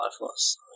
lifeless